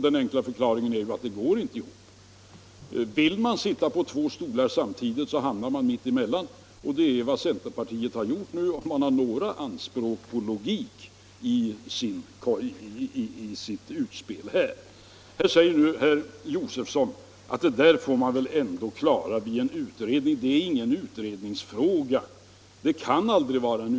Den enkla förklaringen är att det inte går ihop. Vill man sitta på två stolar samtidigt, så hamnar man mitt emellan. Det är just vad centerpartiet har gjort nu, om man har några anspråk på logik i sitt utspel i denna fråga. Herr Josefson sade att det där får man väl ändå klara i en utredning. Nej, det är ingen utredningsfråga — och kan aldrig vara det.